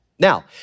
Now